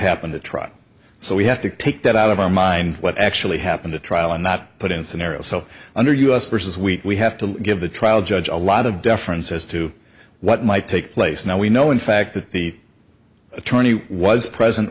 happened the truck so we have to take that out of our mind what actually happened at trial and not put in scenarios so under us versus we have to give the trial judge a lot of deference as to what might take place now we know in fact that the attorney was present